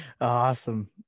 Awesome